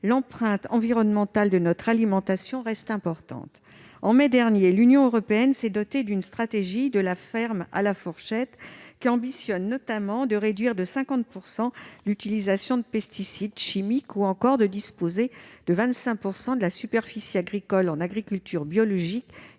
l'empreinte environnementale de notre alimentation reste importante. En mai dernier, l'Union européenne s'est dotée d'une stratégie, « De la ferme à la fourchette », qui ambitionne notamment de réduire de 50 % l'utilisation de pesticides chimiques, ou encore de disposer de 25 % de la superficie agricole en agriculture biologique